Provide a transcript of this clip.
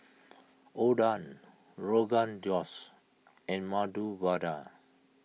Oden Rogan Josh and Medu Vada